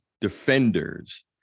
defenders